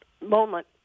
moment